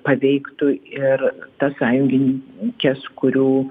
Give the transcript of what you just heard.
paveiktų ir tas sąjungininkes kurių